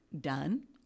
done